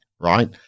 right